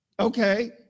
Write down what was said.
Okay